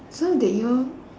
so did you